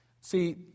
See